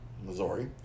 Missouri